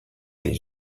les